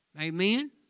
amen